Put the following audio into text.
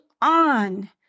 on